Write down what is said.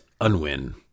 Unwin